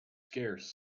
scarce